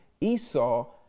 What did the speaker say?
Esau